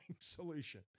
solution